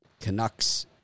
Canucks